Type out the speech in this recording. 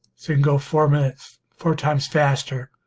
go four minutes four times faster